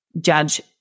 judge